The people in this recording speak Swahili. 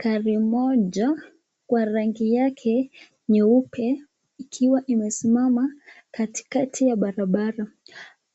Gari moja kwa rangi yake nyeupe ikiwa imesimama katikati ya barabara.